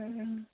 ओं